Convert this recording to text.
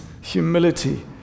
humility